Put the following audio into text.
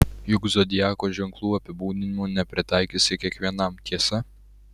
juk zodiako ženklų apibūdinimų nepritaikysi kiekvienam tiesa